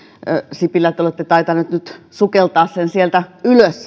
sipilä te te olette tainnut nyt sukeltaa sen työreformin sieltä ylös